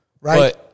right